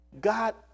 God